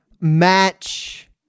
match